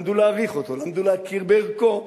למדו להעריך אותו, למדו להכיר בערכו.